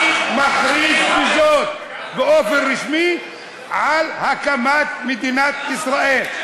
אני מכריז בזאת באופן רשמי על הקמת מדינת ישראל.